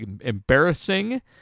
embarrassing